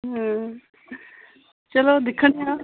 अं चलो दिक्खने आं